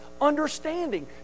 understanding